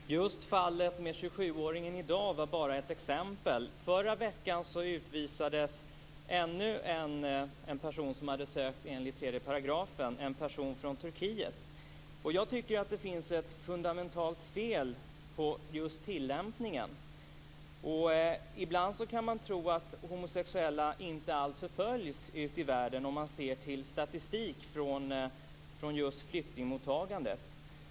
Fru talman! Just fallet med 27-åringen var bara ett exempel. Förra veckan utvisades ytterligare en person som hade sökt asyl i enlighet med 3 §. Det var en person från Turkiet. Det finns ett fundamentalt fel i tillämpningen. Vid en översyn av statistik från flyktingmottagandet går det ibland att tro att homosexuella inte förföljs ute i världen. Fru talman!